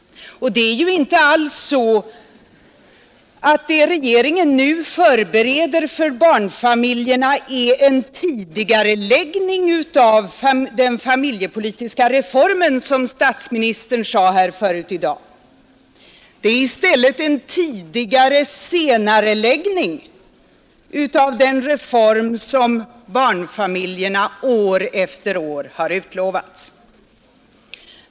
Det är ju inte alls så — som statsministern sade tidigare i dag — att de åtgärder som regeringen nu förbereder för barnfamiljerna är en tidigareläggning av den familjepolitiska reformen. Det är i stället en tidigare senareläggning av den reform som barnfamiljerna år efter år har lovats.